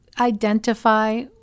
identify